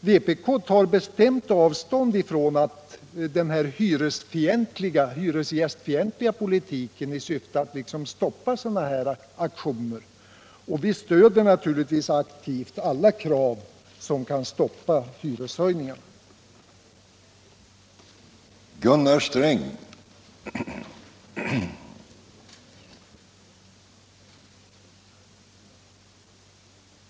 Vpk tar bestämt avstånd från den hyresgästfientliga politik som syftar till att stoppa och förringa värdet av sådana här aktioner. Vi stöder naturligtvis aktivt alla krav på stopp för hyreshöjningarna och kräver en annan hyressänkande bostadspolitik.